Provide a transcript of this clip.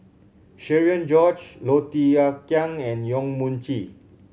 Cherian George Low Thia Khiang and Yong Mun Chee